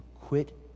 quit